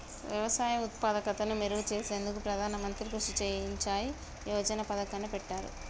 వ్యవసాయ ఉత్పాదకతను మెరుగు చేసేందుకు ప్రధాన మంత్రి కృషి సించాయ్ యోజన పతకాన్ని పెట్టారు